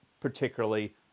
particularly